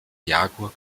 jaguar